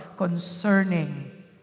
concerning